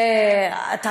אני אף אחד?